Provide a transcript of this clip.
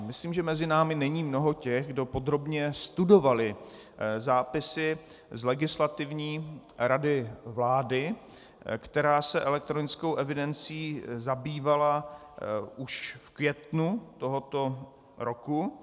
Myslím, že mezi námi není mnoho těch, kdo podrobně studovali zápisy z Legislativní rady vlády, která se elektronickou evidencí zabývala už v květnu tohoto roku.